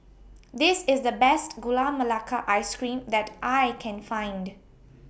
This IS The Best Gula Melaka Ice Cream that I Can Find